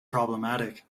problematic